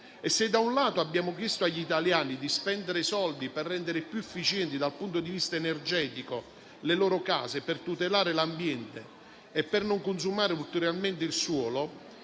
Se da un lato abbiamo chiesto agli italiani di spendere i soldi per rendere più efficienti dal punto di vista energetico le loro case, per tutelare l'ambiente e non consumare ulteriormente il suolo